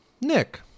Nick